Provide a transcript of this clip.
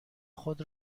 خود